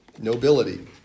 nobility